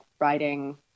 writing